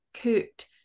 cooked